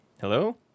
Hello